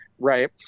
right